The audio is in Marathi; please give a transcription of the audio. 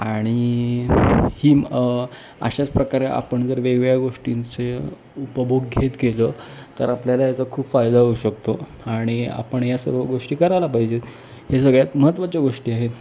आणि ही अशाच प्रकारे आपण जर वेगवेगळ्या गोष्टींचे उपभोग घेत गेलं तर आपल्याला याचा खूप फायदा होऊ शकतो आणि आपण या सर्व गोष्टी करायला पाहिजेत हे सगळ्यात महत्त्वाच्या गोष्टी आहेत